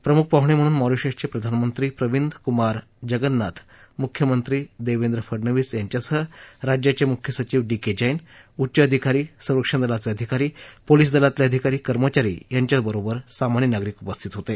प्रमुख पाहुणे म्हणून मॉरिशसचे प्रधानमंत्री प्रविंद कुमार जगन्नाथ मुख्यमंत्री देवेंद्र फडनवीस यांच्यासह राज्याचे मुख्य सचीव डी के जैन उच्च अधिकारी संरक्षण दलाचे अधिकारी पोलिस दलातले अधिकारी कर्मचारी यांच्याबरोबर सामान्य नागरिक उपस्थित होते